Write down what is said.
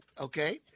okay